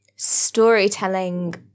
storytelling